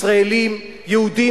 ישראלים יהודים,